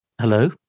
Hello